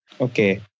Okay